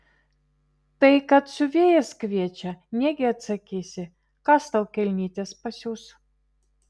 tai kad siuvėjas kviečia negi atsakysi kas tau kelnytes pasiūs